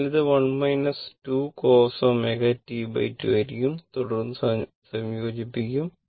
അതിനാൽ ഇത് 1 cos 2 ω T2 ആയിരിക്കും തുടർന്ന് സംയോജിപ്പിക്കും